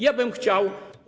Ja bym chciał.